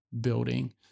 building